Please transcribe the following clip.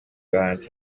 bahanzi